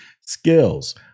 skills